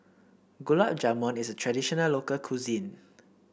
Gulab Jamun is a traditional local cuisine